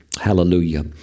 Hallelujah